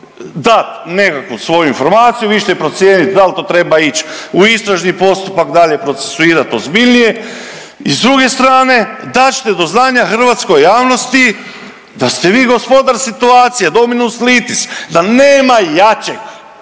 dat nekakvu svoju informaciju, vi ćete procijeniti da li to treba ići u istražni postupak, dalje procesuirati ozbiljnije i s druge strane, dat ćete do znanja hrvatskoj javnosti da ste vi gospodar situacije, dominus litis, da nema jačeg,